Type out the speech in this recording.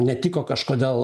netiko kažkodėl